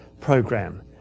program